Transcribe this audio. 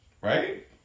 right